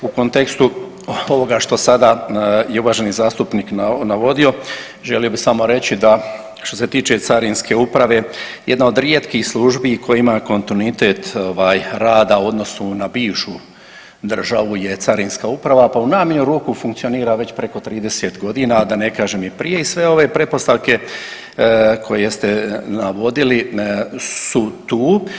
U kontekstu ovoga što sada je uvaženi zastupnik navodio želio bi samo reći što se tiče Carinske uprave jedna od rijetkih službi koji ima ovaj kontinuitet rada u odnosu na bivšu državu je Carinska uprava pa u najmanju ruku funkcionira već preko 30 godina, a da ne kažem i prije i sve ove pretpostavke koje ste navodili su tu.